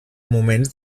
moments